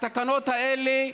התקנות האלה,